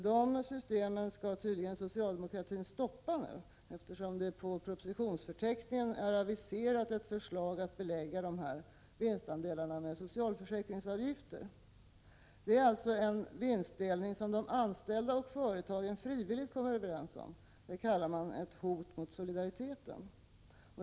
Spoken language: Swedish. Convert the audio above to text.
Dessa system skall socialdemokratin tydligen stoppa, eftersom det enligt propositionsförteckningen är aviserat ett förslag för att belägga dessa vinstandelar med socialförsäkringsavgifter. Här handlar det om en vinstdelning som de anställda och företagen frivilligt kommer överens om. Det kallar man ett hot mot solidariteten.